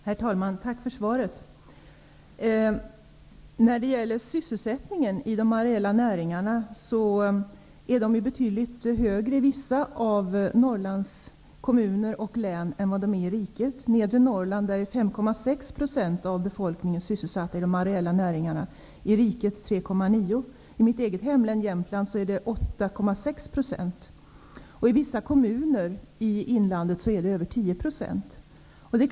Herr talman! Jag tackar för svaret. Sysselsättningen i de areella näringarna är betydligt högre i vissa av Norrlands kommuner och län än i riket i dess helhet. I nedre Norrland är 5,6 % av befolkningen sysselsatta i de areella näringarna mot i riket 3,9 %. I mitt hemlän Jämtland är andelen 8,6 % och i vissa kommuner i inlandet över 10 %.